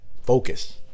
Focus